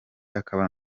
akaba